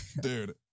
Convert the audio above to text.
dude